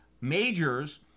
majors